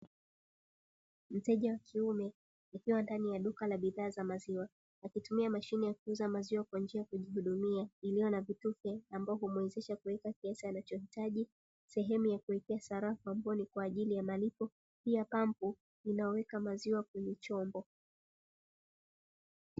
Mteja wa kiume akiwa ndani ya duka la bidhaa za maziwa akitumia mashine ya kuuza maziwa kwa njia ya kujihudumia iliyo na vitufe ambao humwezesha kuweka kiasi anachohitaji sehemu ya kuwekea sarafu ambayo ni kwa ajili ya malipo, pia pampu inayoweka maziwa kwenye chombo.